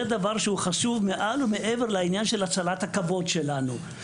זה דבר שהוא חשוב מעל ומעבר להצלת הכבוד שלנו.